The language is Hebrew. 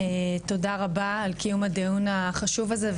תודה רבה על קיום הדיון החשוב הזה.